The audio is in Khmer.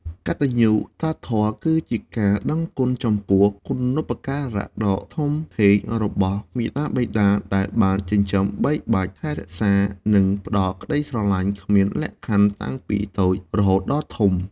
កតញ្ញុតាធម៌គឺជាការដឹងគុណចំពោះគុណូបការៈដ៏ធំធេងរបស់មាតាបិតា ដែលបានចិញ្ចឹមបីបាច់ ថែរក្សា និងផ្ដល់ក្ដីស្រឡាញ់គ្មានលក្ខខណ្ឌតាំងពីតូចរហូតដល់ធំ។